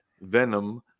venom